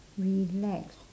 relax